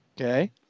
Okay